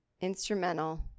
Instrumental